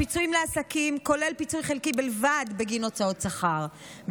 הפיצויים לעסקים כולל פיצוי חלקי בלבד בגין הוצאות שכר,